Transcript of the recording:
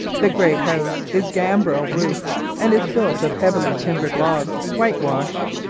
the great house is gambrel-roofed and is built of heavily timbered logs whitewashed.